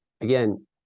Again